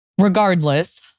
Regardless